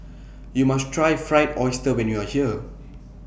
YOU must Try Fried Oyster when YOU Are here